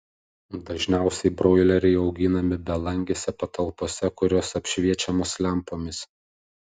dažniausiai broileriai auginami belangėse patalpose kurios apšviečiamos lempomis